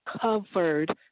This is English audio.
covered